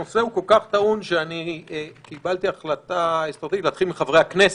הנושא כל כך טעון שקיבלתי החלטה אסטרטגית להתחיל מחברי הכנסת,